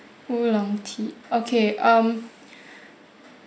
oolong tea okay um